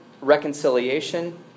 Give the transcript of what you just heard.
reconciliation